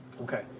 Okay